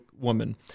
woman